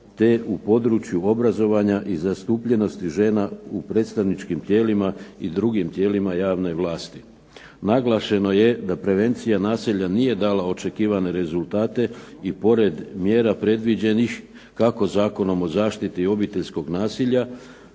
te u području obrazovanja i zastupljenosti žena u predstavničkim tijelima i drugim tijelima javne vlasti. Naglašeno je da prevencija nasilja nije dala očekivane rezultate i pored mjera predviđenih kako Zakonom o zaštiti obiteljskog nasilja,